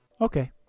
Okay